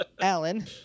Alan